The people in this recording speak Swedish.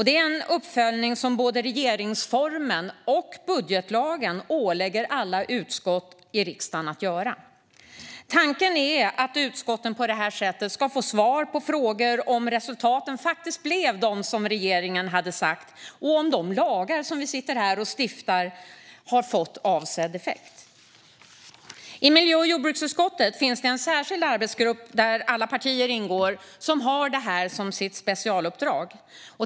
Det är en uppföljning som både regeringsformen och budgetlagen ålägger alla utskott i riksdagen att göra. Tanken är att utskotten på detta sätt ska få svar på frågor om resultaten blev de som regeringen hade sagt och om lagarna som vi stiftar har fått avsedd effekt. I miljö och jordbruksutskottet finns det en särskild arbetsgrupp, där alla partier ingår, som har detta som specialuppdrag.